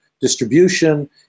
distribution